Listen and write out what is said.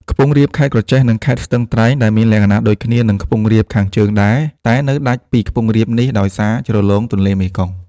ខ្ពង់រាបខេត្តក្រចេះ និង ខេត្តស្ទឹងត្រែងដែលមានលក្ខណៈដូចគ្នានឹង ខ្ពង់រាបខាងជើងដែរ តែនៅដាច់ពីខ្ពង់រាបនេះដោយសារជ្រលងទន្លេមេគង្គ ។